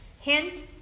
Hint